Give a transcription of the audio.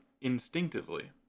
instinctively